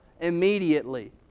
immediately